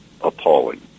appalling